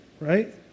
right